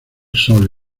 sol